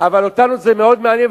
אבל אותנו זה מאוד מעניין,